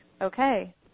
okay